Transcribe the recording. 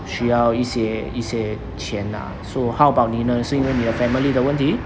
需要一些一些钱 ah so how about 你呢是因为你的 family 的问题